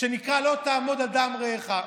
שנקראת "לא תעמוד על דם רעך".